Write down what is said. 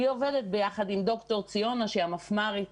עוברת ביחד עם ד"ר ציונה שהיא המפמ"רית